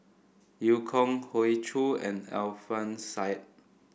Eu Kong Hoey Choo and Alfian Sa'at